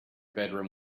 bedroom